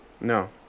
No